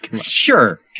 Sure